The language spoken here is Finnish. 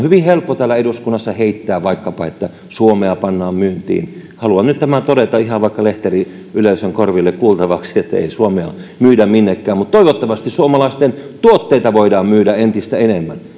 hyvin helppo täällä eduskunnassa heittää vaikkapa että suomea pannaan myyntiin haluan nyt tämän todeta ihan vaikka lehteriyleisön korville kuultavaksi että ei suomea myydä minnekään mutta toivottavasti suomalaisten tuotteita voidaan myydä entistä enemmän